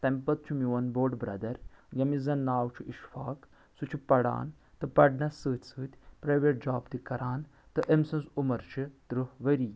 تمہِ پتہٕ چھُ میون بوٚڑ بردر ییٚمِس زن ناو چھُ اشفاق سُہ چھُ پران تہٕ پرنس سۭتۍ سۭتۍ پریویٹ جاب تہِ کران تہٕ أمۍ سنٛز عُمر چھِ ترٕٛہ ؤری